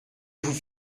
vous